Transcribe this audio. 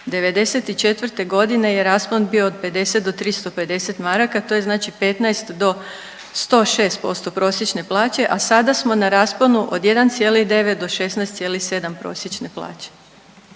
'94. godine je raspon bio od 50 do 350 maraka to je znači 15 do 106% prosječne plaće, a sada smo na rasponu od 1,9 do 16,7 prosječne plaće.